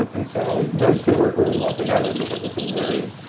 ah and so those two work really well together because it's a very,